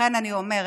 לכן אני אומרת,